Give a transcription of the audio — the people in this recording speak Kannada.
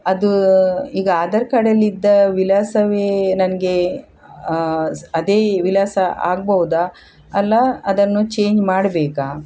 ಅದು ಈಗ ಆಧಾರ್ ಕಾರ್ಡಲ್ಲಿದ್ದ ವಿಳಾಸವೇ ನನಗೆ ಸ್ ಅದೇ ವಿಳಾಸ ಆಗ್ಬೌದಾ ಅಲ್ಲ ಅದನ್ನು ಚೇಂಜ್ ಮಾಡಬೇಕಾ